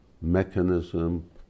mechanism